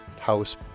house